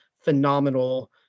phenomenal